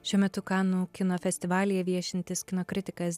šiuo metu kanų kino festivalyje viešintis kino kritikas